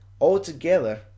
altogether